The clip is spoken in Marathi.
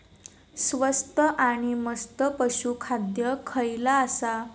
स्वस्त आणि मस्त पशू खाद्य खयला आसा?